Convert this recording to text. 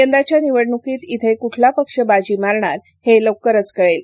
यंदाच्या निवडणुकीत श्रे कुठला पक्ष बाजी मारणार हे लवकरच कळेल